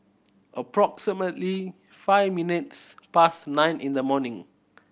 approximately five minutes past nine in the morning